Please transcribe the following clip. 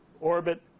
orbit